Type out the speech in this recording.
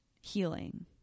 healing